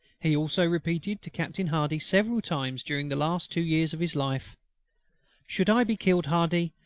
he also repeated to captain hardy several times during the last two years of his life should i be killed, hardy,